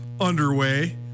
underway